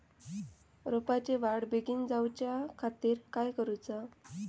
रोपाची वाढ बिगीन जाऊच्या खातीर काय करुचा?